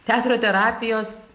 teatro terapijos